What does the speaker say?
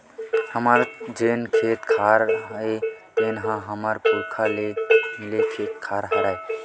हमर जेन खेत खार हे तेन ह हमर पुरखा ले मिले खेत खार हरय